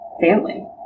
family